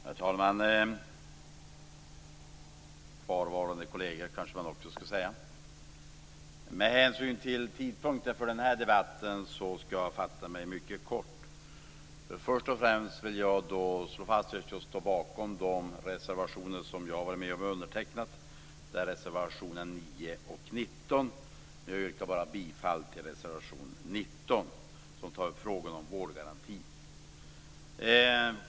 Herr talman och kvarvarande kolleger! Med hänsyn till tidpunkten för den här debatten skall jag fatta mig kort. Först och främst vill jag slå fast att jag står bakom de reservationer jag har undertecknat, dvs. reservationerna 9 och 19. Men jag yrkar bifall endast till reservation 19, som tar upp frågorna om vårdgarantin.